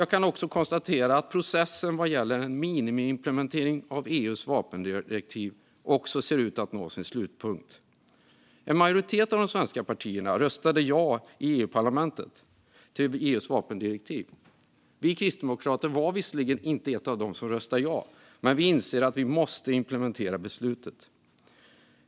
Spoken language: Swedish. Jag kan också konstatera att processen vad gäller en minimiimplementering av EU:s vapendirektiv också ser ut att nå sin slutpunkt. En majoritet av de svenska partierna i EU-parlamentet röstade ja till EU:s vapendirektiv. Vi kristdemokrater var visserligen inte ett av dem, men vi inser att vi måste implementera beslutet.